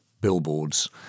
billboards